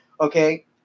Okay